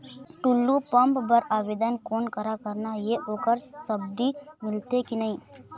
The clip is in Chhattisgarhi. टुल्लू पंप बर आवेदन कोन करा करना ये ओकर सब्सिडी मिलथे की नई?